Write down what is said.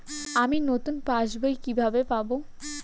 আমি নতুন পাস বই কিভাবে পাব?